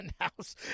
house